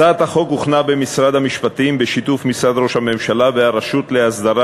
הצעת החוק הוכנה במשרד המשפטים בשיתוף משרד ראש הממשלה והרשות להסדרת